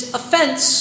offense